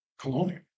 Colonial